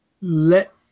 let